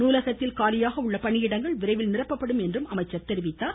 நூலகத்தில் காலியாக உள்ள பணியிடங்கள் விரைவில் நிரப்பப்படும் என்றும் அமைச்சர் கூறினார்